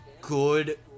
good